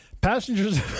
Passengers